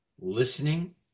Listening